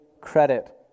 credit